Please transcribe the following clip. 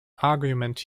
argument